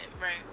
right